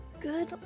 Good